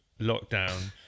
lockdown